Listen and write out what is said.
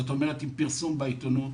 עם פרסום בעיתונות,